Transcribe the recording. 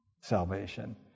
salvation